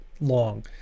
long